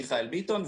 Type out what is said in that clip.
מיכאל ביטון,